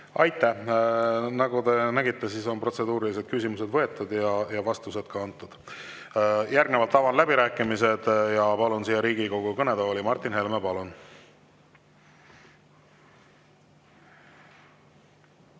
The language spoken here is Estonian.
Aitäh! Nagu te nägite, on protseduurilised küsimused vastu võetud ja vastused ka antud. Järgnevalt avan läbirääkimised ja palun siia Riigikogu kõnetooli Martin Helme.